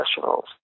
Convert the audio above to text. professionals